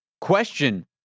question